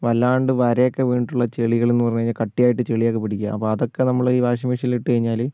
വല്ലാണ്ട് വരയൊക്കെ വീണിട്ടുള്ള ചെളികൾ എന്ന് പറഞ്ഞു കഴിഞ്ഞാൽ കട്ടിയായിട്ടു ചളി ഒക്കെ പിടിക്കുക അതൊക്കെ നമ്മൾ ഈ വാഷിംഗ് മെഷീനിൽ ഇട്ടു കഴിഞ്ഞാൽ